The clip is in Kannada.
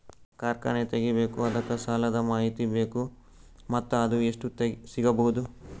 ಕಾರ್ಖಾನೆ ತಗಿಬೇಕು ಅದಕ್ಕ ಸಾಲಾದ ಮಾಹಿತಿ ಬೇಕು ಮತ್ತ ಅದು ಎಷ್ಟು ಸಿಗಬಹುದು?